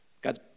God's